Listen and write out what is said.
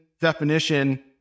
definition